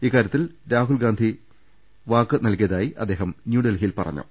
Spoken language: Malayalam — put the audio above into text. ഇക്കാര്യത്തിൽ രാഹുൽഗാന്ധി വാക്കുനൽകിയതായി അദ്ദേഹം ന്യൂഡൽഹിയിൽ പറഞ്ഞു